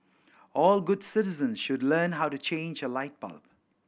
all good citizen should learn how to change a light bulb